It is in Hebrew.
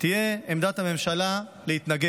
תהיה עמדת הממשלה להתנגד.